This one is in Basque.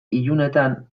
ilunetan